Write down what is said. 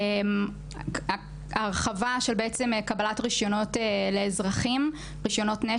ההרחבה של קבלת רישיונות נשק לאזרחים.